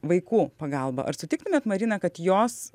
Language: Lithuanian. vaikų pagalba ar sutiktumėt marina kad jos